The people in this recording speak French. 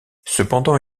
cependant